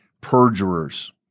perjurers